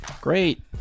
Great